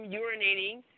urinating